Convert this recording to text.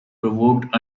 provoked